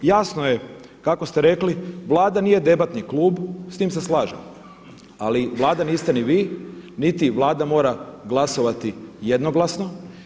Jasno je, kako ste rekli, Vlada nije debatni klub, s time se slažem, ali Vlada niste ni vi niti Vlada mora glasovati jednoglasno.